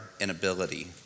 inability